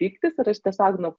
pyktis ir aš tiesiog nu